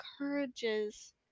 encourages